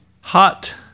hot